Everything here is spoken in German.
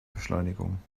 beschleunigung